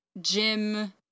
Jim